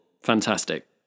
Fantastic